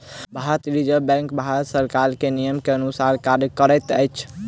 भारतीय reserve bank Bharat सरकार के नियम के अनुसार कार्य करैत अछि